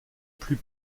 plus